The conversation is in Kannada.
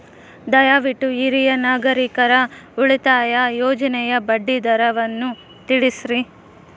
ದಯವಿಟ್ಟು ಹಿರಿಯ ನಾಗರಿಕರ ಉಳಿತಾಯ ಯೋಜನೆಯ ಬಡ್ಡಿ ದರವನ್ನು ತಿಳಿಸ್ರಿ